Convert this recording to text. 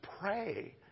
pray